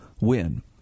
win